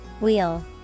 Wheel